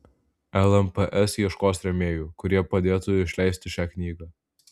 lmps ieškos rėmėjų kurie padėtų išleisti šią knygą